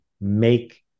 make